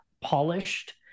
polished